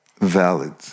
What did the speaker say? valid